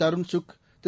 Tarun Chugh Thiru